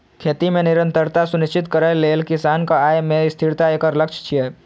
खेती मे निरंतरता सुनिश्चित करै लेल किसानक आय मे स्थिरता एकर लक्ष्य छियै